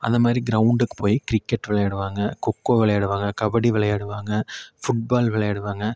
அந்தமாதிரி க்ரௌண்டுக்கு போய் கிரிக்கெட் விளையாடுவாங்க கொக்கோ விளையாடுவாங்க கபடி விளையாடுவாங்க ஃபுட் பால் விளையாடுவாங்க